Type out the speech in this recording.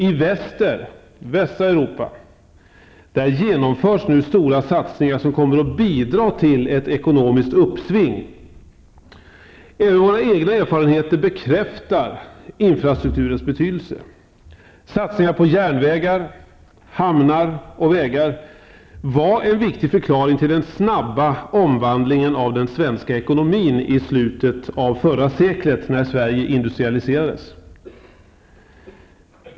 I Västeuropa genomförs nu stora satsningar som kommer att bidra till ett ekonomiskt uppsving. Även våra egna erfarenheter bekräftar infrastrukturens betydelse. Satsningar på järnvägar, hamnar och vägar var en viktig förklaring till den snabba omvandlingen av den svenska ekonomin i slutet av förra seklet när Sverige industrialiserades.